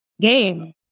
game